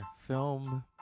film